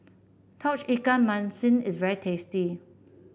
Tauge Ikan Masin is very tasty